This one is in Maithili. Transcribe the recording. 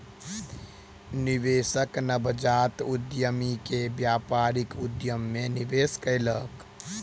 निवेशक नवजात उद्यमी के व्यापारिक उद्यम मे निवेश कयलक